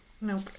Nope